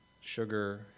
sugar